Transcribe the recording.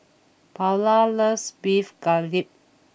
Paola loves Beef Galbi